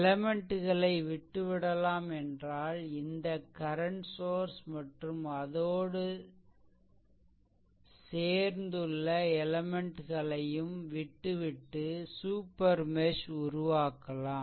எலெமென்ட்களை விட்டு விடலாம் என்றால் இந்த கரண்ட் சோர்ஸ் மற்றும் அதோடு சேர்ந்துள்ள எலெமென்ட்களையும் விட்டுவிட்டு சூப்பர் மெஷ் உருவாக்கலாம்